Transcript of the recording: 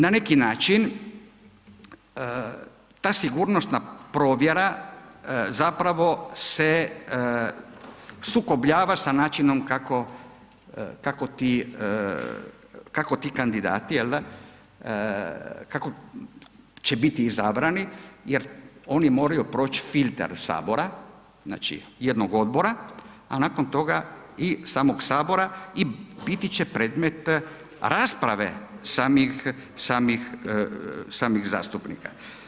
Na neki način ta sigurnosna provjera zapravo se sukobljava sa načinom kako ti kandidati jel' da, kako će biti izabrani jer oni moraju proći filter Sabora, znači jednog odbora a nakon toga i samog Sabora i biti će predmet rasprave samih zastupnika.